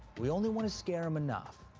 we only wanna scare him enough.